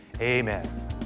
amen